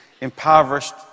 impoverished